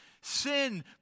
sin